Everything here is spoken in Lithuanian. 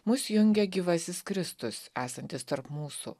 mus jungia gyvasis kristus esantis tarp mūsų